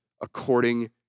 according